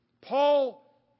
Paul